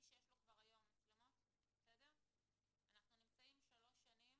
מי שיש לו כבר היום מצלמות אנחנו נמצאים שלוש שנים